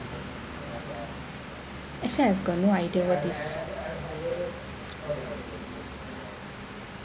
actually I got no idea what is